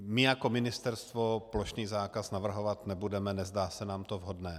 My jako Ministerstvo plošný zákaz navrhovat nebudeme, nezdá se nám to vhodné.